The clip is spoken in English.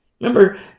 Remember